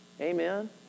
Amen